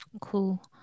Cool